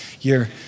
year